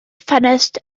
ffenest